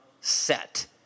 set